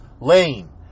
lane